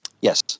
yes